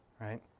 right